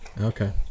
Okay